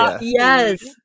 Yes